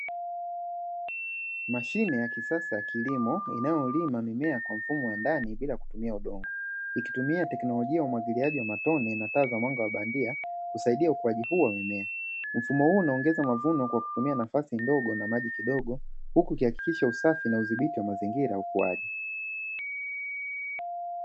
Mashine ya kisasa ya kilimo inayolima mmemea kwa mfumo wa ndani bila kutumia udongo ikitumia tekinolojia ya umwagiliaji kwa njia ya matone na taa za mwanga bandia kusaidia ukuaji huo wa mimea, mfumo huo unaongeza mavuno kwa kutumia nafasi ndogo na maji kidogo huku ukihakikisha usafi na udhibiti wa mazingira na ukuaji .